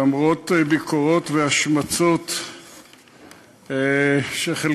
למרות ביקורות והשמצות שחלקן,